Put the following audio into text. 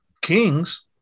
Kings